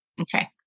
Okay